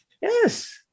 Yes